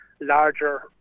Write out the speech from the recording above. larger